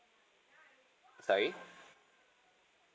sorry